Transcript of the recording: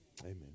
Amen